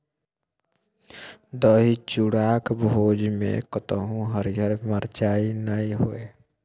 दही चूड़ाक भोजमे कतहु हरियर मिरचाइ नै होए